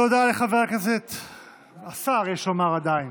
תודה לחבר הכנסת, השר, יש לומר עדיין,